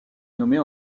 nommés